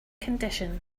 condition